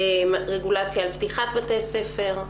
רגולציה על פתיחת בתי ספר.